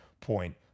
point